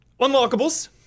Unlockables